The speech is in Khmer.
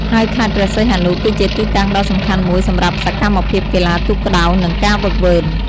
ហើយខេត្តព្រះសីហនុ គឺជាទីតាំងដ៏សំខាន់មួយសម្រាប់សកម្មភាពកីឡាទូកក្ដោង និងការហ្វឹកហ្វឺន។